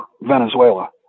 Venezuela